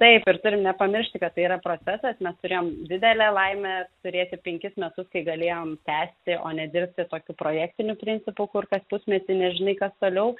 taip ir turim nepamiršti kad tai yra procesas mes turėjom didelę laimę turėti penkis metus kai galėjom tęsti o nedirbti tokiu projektiniu principu kur kas pusmetį nežinai kas toliau